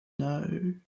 No